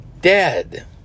dead